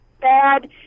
bad